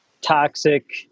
toxic